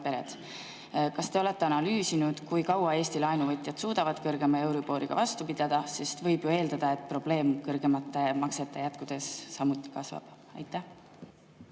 pered. Kas te olete analüüsinud, kui kaua Eesti laenuvõtjad suudavad kõrgema euriboriga vastu pidada? Võib ju eeldada, et see probleem kõrgemate maksete jätkudes kasvab. Aitäh,